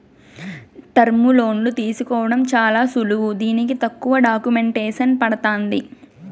టర్ములోన్లు తీసుకోవడం చాలా సులువు దీనికి తక్కువ డాక్యుమెంటేసన్ పడతాంది